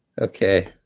Okay